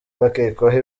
bakekwaho